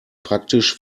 praktisch